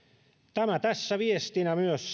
tämä tässä viestinä myös